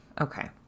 okay